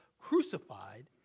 crucified